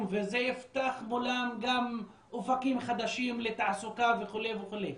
וזה יפתח מולם גם אופקים חדשים לתעסוקה וכו' וכו'.